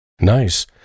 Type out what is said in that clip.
Nice